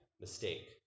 mistake